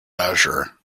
azure